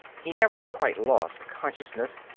he never quite lost consciousness,